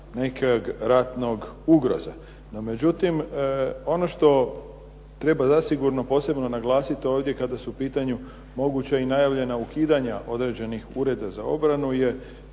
nekog ratnog ugroza. No međutim, ono što treba zasigurno posebno naglasiti ovdje kada su u pitanju moguća i najavljena ukidanja određenih ureda za obranu je